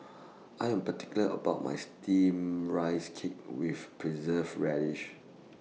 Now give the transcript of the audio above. I Am particular about My Steamed Rice Cake with Preserved Radish